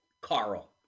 Carl